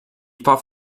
fought